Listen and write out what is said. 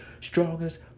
strongest